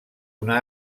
una